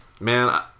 Man